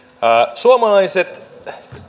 suomalaiset